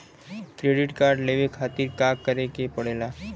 Credit card लेवे खातिर का करे के पड़ेला?